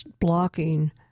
blocking